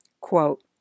Quote